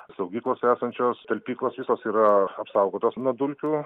saugyklose esančios talpyklos visos yra apsaugotos nuo dulkių